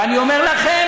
ואני אומר לכם,